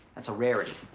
that's a rarity.